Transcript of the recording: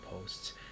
posts